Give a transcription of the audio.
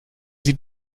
sie